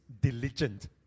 diligent